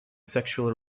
sexual